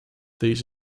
these